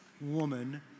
woman